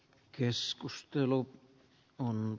keskustelu on